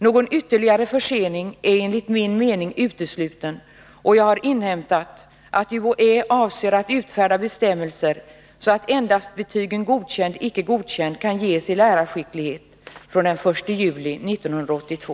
Någon ytterligare försening är enligt min mening utesluten, och jag har inhämtat att UHÄ avser att utfärda bestämmelser så att endast betygen godkänd/icke godkänd kan ges i lärarskicklighet från den 1 juli 1982.